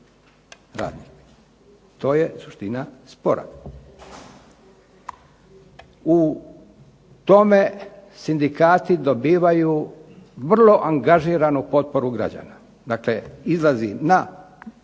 To je suština spora. U tome sindikati dobivaju vrlo angažiranu potporu građana, dakle izlazi na